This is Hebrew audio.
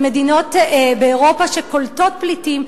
למדינות באירופה שקולטות פליטים,